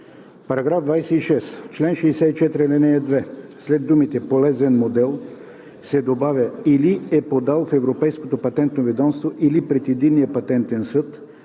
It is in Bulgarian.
§ 26: „§ 26. В чл. 64, ал. 2 след думите „полезен модел“ се добавя „или е подал в Европейското патентно ведомство или пред Единния патентен съд